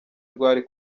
rwari